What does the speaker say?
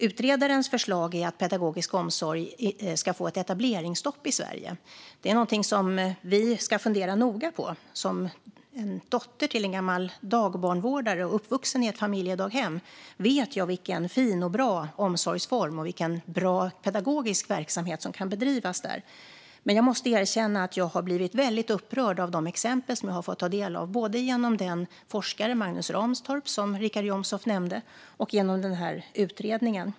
Utredarens förslag är att etableringsstopp ska införas i Sverige för pedagogisk omsorg. Detta är något vi ska fundera noga på. Som dotter till en dagbarnvårdare och uppvuxen i ett familjedaghem vet jag vilken fin och bra omsorgsform det är och vilken god pedagogisk verksamhet som kan bedrivas där. Jag måste dock erkänna att jag har blivit mycket upprörd av de exempel som jag har fått ta del av, både genom den forskare som Richard Jomshof nämnde, Magnus Ranstorp, och genom utredningen.